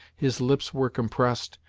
his lips were compressed,